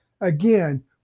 Again